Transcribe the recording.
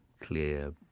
clear